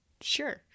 Sure